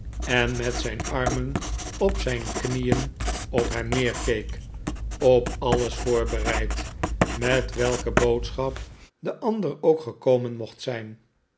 en met zijn armen op zijn knieen op hem neer keek op alles voorbereid met welke boodschap de ander ook gekomen mocht zijn